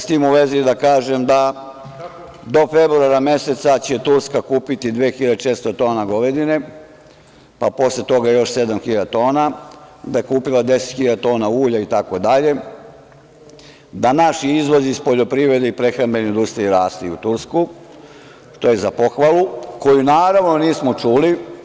Sa tim u vezi da kažem da će do februara meseca Turska kupiti 2.400 tona govedine, pa posle toga još 7.000 tona, da je kupila 10.000 tona ulja itd, da naš izvoz iz poljoprivrede i prehrambene industrije raste u Tursku, to je za pohvalu, koju naravno nismo čuli.